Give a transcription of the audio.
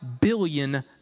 billion